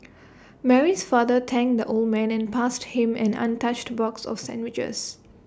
Mary's father thanked the old man and passed him an untouched box of sandwiches